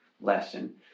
lesson